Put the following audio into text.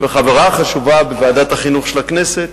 וחברה חשובה בוועדת החינוך של הכנסת,